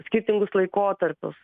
skirtingus laikotarpius